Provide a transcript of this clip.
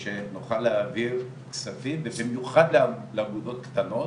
כדי שנוכל להעביר כספים, ובמיוחד לאגודות קטנות.